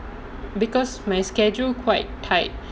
because my schedule quite tight